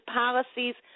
policies